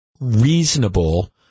Reasonable